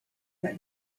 that